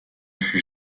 fut